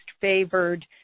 favored